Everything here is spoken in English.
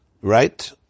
Right